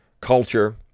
culture